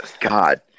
God